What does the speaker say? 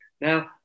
Now